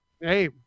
hey